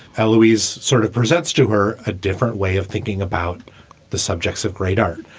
ah louise sort of presents to her a different way of thinking about the subjects of great art.